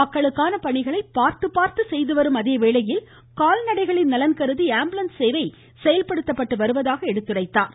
மக்களுக்கான பணிகளை பார்த்துபார்த்து செய்துவரும் அதேவேளையில் கால்நடைகளின் நலன் கருதி ஆம்புலன்ஸ் சேவை செயல்படுத்தப்பட்டு வருவதாக குறிப்பிட்டார்